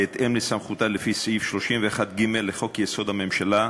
בהתאם לסמכותה לפי סעיף 31(ג) לחוק-יסוד: הממשלה,